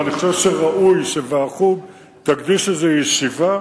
ואני חושב שראוי שוועדת החוץ והביטחון תקדיש לזה ישיבה,